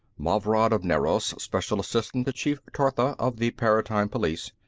mavrad of nerros, special assistant to chief tortha of the paratime police,